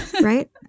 Right